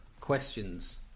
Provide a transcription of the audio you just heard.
questions